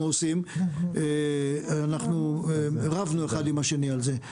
עושים אנחנו רבנו אחד עם השני על זה.